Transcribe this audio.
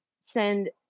send